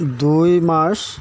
দুই মাৰ্চ